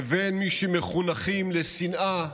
לבין מי שמחונכים לשנאה,